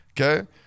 Okay